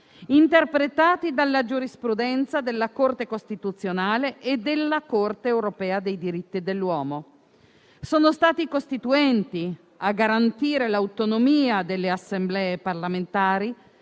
interpretati dalla giurisprudenza della Corte costituzionale e della Corte europea dei diritti dell'uomo. Sono stati i Costituenti a garantire l'autonomia delle Assemblee parlamentari